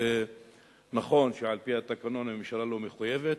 נכון שעל-פי התקנון הממשלה לא מחויבת,